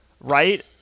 right